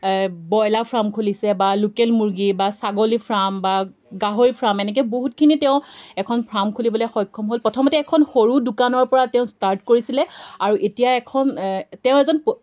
broiler farm খুলিছে বা local মুৰ্গী বা ছাগলী ফাৰ্ম বা গাহৰি ফাৰ্ম এনেকৈ বহুতখিনি তেওঁ এখন ফাৰ্ম খুলিবলৈ সক্ষম হ'ল প্ৰথমতে এখন সৰু দোকানৰ পৰা তেওঁ ষ্টাৰ্ট কৰিছিলে আৰু এতিয়া এখন তেওঁ এজন প